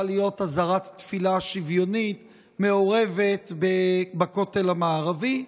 להיות עזרת תפילה שוויונית מעורבת בכותל המערבי.